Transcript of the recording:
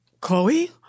Chloe